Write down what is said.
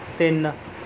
ਤਿੰਨ